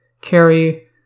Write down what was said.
carry